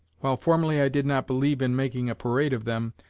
while formerly i did not believe in making a parade of them,